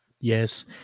yes